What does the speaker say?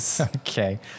Okay